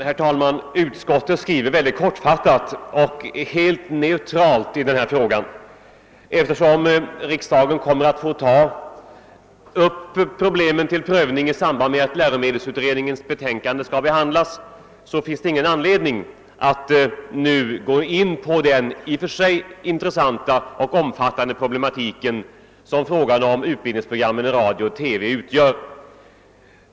Herr talman! Utskottet skriver väldigt kortfattat och neutralt i denna fråga. Eftersom riksdagen kommer att få ta upp problemen till prövning i samband med att läromedelsutredningens betänkande skall behandlas, finns det ingen anledning att nu gå in på den i och för sig intressanta och omfattande problematik som frågan om utbildningsprogrammen i radio och TV utgör.